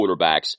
quarterbacks